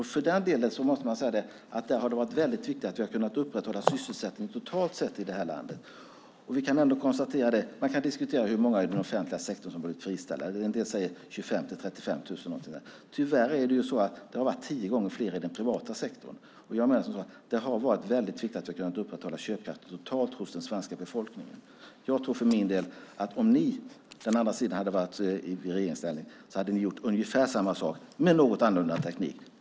Det har varit väldigt viktigt att vi har kunnat hålla uppe sysselsättningen totalt sett i landet Man kan diskutera hur många i den offentliga sektorn som har behövts friställas. En del säger 25 000-35 000. Tyvärr har det varit tio gånger fler i den privata sektorn. Det har varit mycket viktigt att vi har kunnat upprätthålla köpkraften totalt hos den svenska befolkningen. Jag tror för min del att om ni på den andra sidan varit i regeringsställning hade ni gjort ungefär samma sak med något annorlunda teknik.